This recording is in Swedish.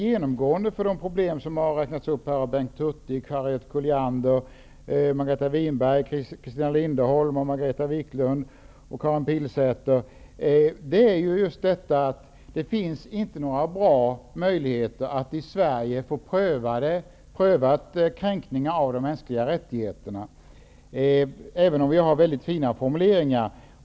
Genomgående för de problem som har räknats upp här av Bengt Hurtig, Harriet Linderholm, Margareta Viklund och Karin Pilsäter är just att det inte finns bra möjligheter att i Sverige få en prövning beträffande kränkningar av de mänskliga rättigheterna -- även om det finns väldigt fina formuleringar.